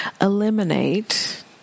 eliminate